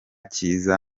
cyiza